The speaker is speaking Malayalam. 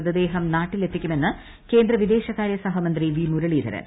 മൃതദേഹം നാട്ടിലെത്തിക്കുമെന്ന് കേന്ദ്ര വിദേശകാരൃ സഹമന്ത്രി വി മുരളീധരൻ